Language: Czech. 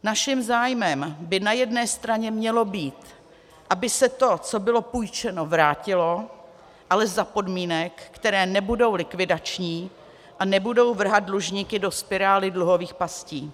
Naším zájmem by na jedné straně mělo být, aby se to, co bylo půjčeno, vrátilo, ale za podmínek, které nebudou likvidační a nebudou vrhat dlužníky do spirály dluhových pastí.